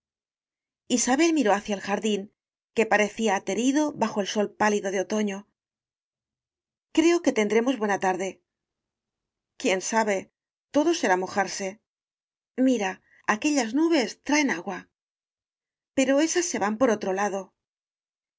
isabel miró hacia el jardín que parecía aterido bajo el sol pálido de otoño creo que tendremos buena tarde quién sabe todo será mojarse mi ra aquellas nubes traen agua pero esas se van por otro lado